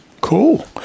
Cool